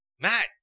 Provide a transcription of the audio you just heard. Matt